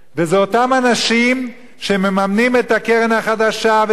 וזה אותם אנשים שמממנים את הקרן החדשה ואת כל